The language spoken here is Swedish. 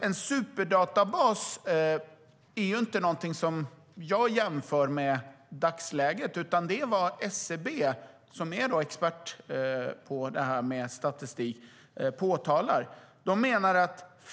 En superdatabas är inte någonting som jag jämför med dagsläget, utan det är vad SCB, som är expert på statistik, påtalar.